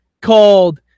called